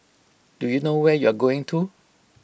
do you know where you're going to